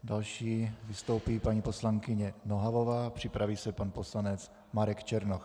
Další vystoupí paní poslankyně Nohavová, připraví se pan poslanec Marek Černoch.